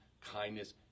kindness